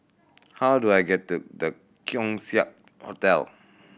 how do I get to The Keong Saik Hotel